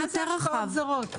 מה זה השפעות זרות?